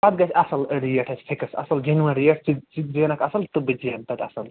پتہٕ گَژھہِ اصٕل ریٹ اسہِ فِکٕس اصٕل جیٚنِون ریٹ ژٕ تہِ ژٕ تہِ زینَکھ اصٕل تہٕ بہٕ تہِ زینہٕ پتہٕ اصٕل